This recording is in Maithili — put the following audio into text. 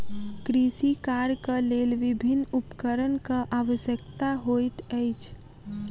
कृषि कार्यक लेल विभिन्न उपकरणक आवश्यकता होइत अछि